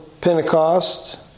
Pentecost